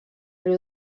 riu